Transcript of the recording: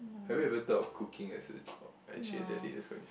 have you ever thought of cooking as a job I actually that day